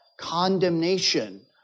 condemnation